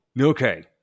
Okay